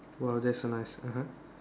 !wah! that's so nice (uh huh)